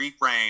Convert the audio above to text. reframe